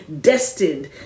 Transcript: destined